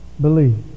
believe